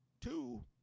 Two